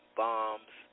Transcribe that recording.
bombs